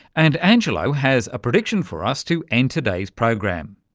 and angelo has a prediction for us to end today's program.